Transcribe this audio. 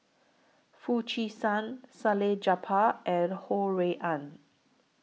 Foo Chee San Salleh Japar and Ho Rui An